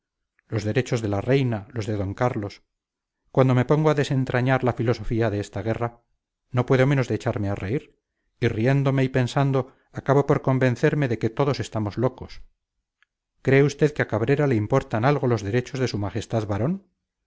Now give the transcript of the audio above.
los derechos de la reina los de d carlos cuando me pongo a desentrañar la filosofía de esta guerra no puedo menos de echarme a reír y riéndome y pensando acabo por convencerme de que todos estamos locos cree usted que a cabrera le importan algo los derechos de su majestad varón